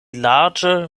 larĝe